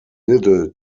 little